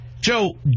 Joe